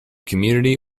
community